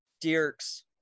Dirks